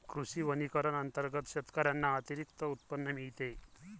कृषी वनीकरण अंतर्गत शेतकऱ्यांना अतिरिक्त उत्पन्न मिळते